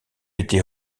était